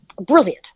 brilliant